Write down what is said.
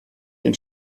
den